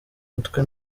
mutwe